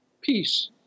peace